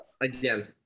Again